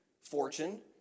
fortune